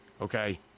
Okay